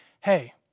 hey